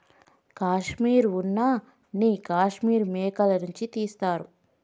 కాశ్మీర్ ఉన్న నీ కాశ్మీర్ మేకల నుంచి తీస్తారు